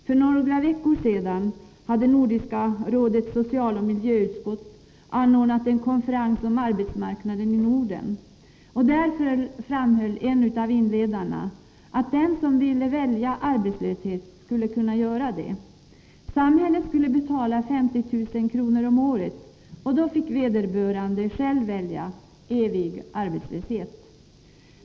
För några veckor sedan hade Nordiska rådets socialoch miljöutskott anordnat en konferens om arbetsmarknaden i Norden. På denna konferens framhöll en av inledarna att den som ville välja arbetslöshet skulle kunna göra det. Samhället skulle betala 50 000 kr. om året, och då fick vederbörande själv välja evig arbetslöshet.